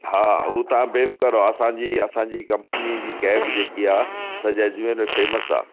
हा उहो तव्हां बेफ़िक्र रहो असांजी असांजी कंपनी जी कैब जेकी आहे सॼे अजमेर में फ़ेमस आहे